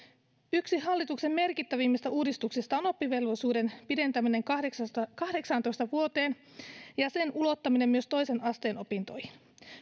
yksi hallituksen merkittävimmistä uudistuksista on oppivelvollisuuden pidentäminen kahdeksaantoista vuoteen ja sen ulottaminen myös toisen asteen opintoihin